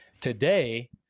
Today